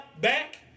back